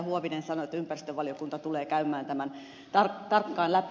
huovinen sanoi että ympäristövaliokunta tulee käymään tämän tarkkaan läpi